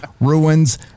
ruins